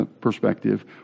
perspective